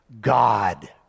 God